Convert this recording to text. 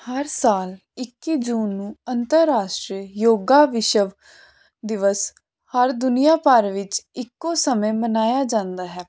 ਹਰ ਸਾਲ ਇੱਕੀ ਜੂਨ ਨੂੰ ਅੰਤਰਾਸ਼ਟਰੀ ਯੋਗਾ ਵਿਸ਼ਵ ਦਿਵਸ ਹਰ ਦੁਨੀਆਂ ਭਰ ਵਿੱਚ ਇੱਕੋ ਸਮੇਂ ਮਨਾਇਆ ਜਾਂਦਾ ਹੈ